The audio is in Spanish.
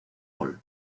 ball